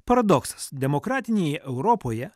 paradoksas demokratinėje europoje